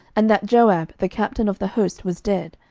and that joab the captain of the host was dead,